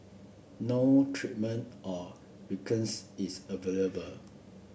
no treatment or is available